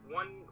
one